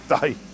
day